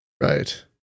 Right